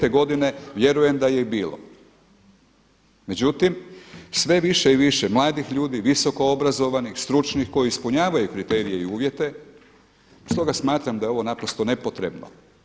2005. godine vjerujem da je i bilo, međutim sve više i više mladih ljudi visoko obrazovanih, stručnih koji ispunjavaju kriterije i uvjete stoga smatram da je ovo naprosto nepotrebno.